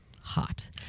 Hot